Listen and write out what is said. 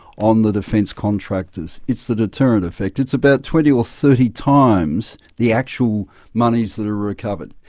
on the defence contractors. it's the deterrent effect it's about twenty or thirty times the actual moneys that are recovered,